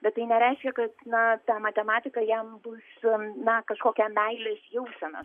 bet tai nereiškia kad na ta matematika jam bus na kažkokia meilės jausena